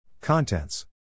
Contents